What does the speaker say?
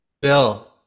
Bill